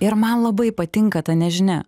ir man labai patinka ta nežinia